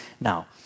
Now